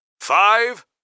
Five